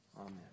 amen